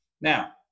Now